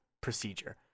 procedure